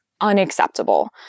unacceptable